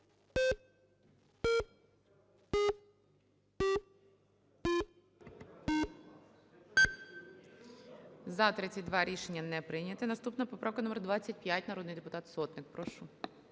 За-32 Рішення не прийнято. Наступна - поправка номер 25, народний депутат Сотник. Прошу.